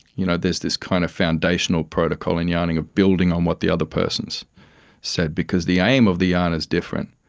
you know there's this kind of foundational protocol in yarning of building on what the other person has said. because the aim of the yarn is different,